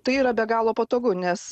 tai yra be galo patogu nes